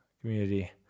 community